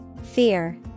Fear